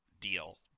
deal